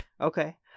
okay